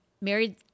married